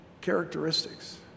characteristics